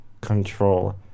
control